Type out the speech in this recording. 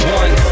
one